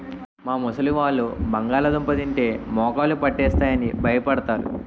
మా ముసలివాళ్ళు బంగాళదుంప తింటే మోకాళ్ళు పట్టేస్తాయి అని భయపడతారు